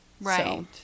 right